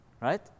Right